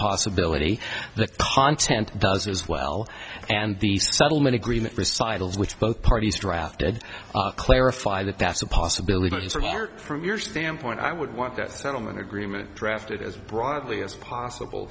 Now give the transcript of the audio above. possibility the content does as well and the settlement agreement recitals which both parties drafted clarify that that's a possibility mr hart from your standpoint i would want that settlement agreement crafted as broadly as possible